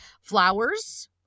Flowers